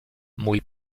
mój